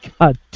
God